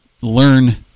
learn